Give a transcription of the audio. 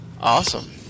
Awesome